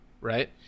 Right